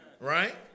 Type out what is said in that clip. right